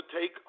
take